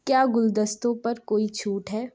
کیا گلدستوں پر کوئی چھوٹ ہے